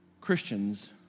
Christians